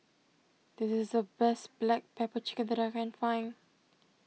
this is the best Black Pepper Chicken that I can find